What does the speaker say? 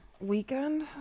weekend